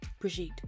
Brigitte